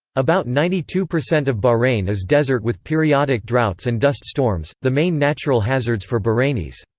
about ninety two percent of bahrain is desert with periodic droughts and dust storms, the main natural hazards for bahrainis.